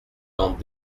dans